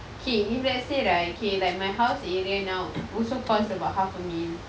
okay if let's say right okay like my house area now also cost about half a mil